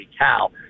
cow